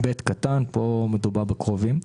פסקה (ב) היא הסעיף שמדבר על קרובים.